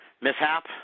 mishap